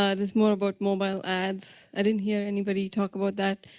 ah is more about mobile ads, i didn't hear anybody talk about that.